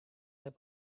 have